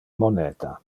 moneta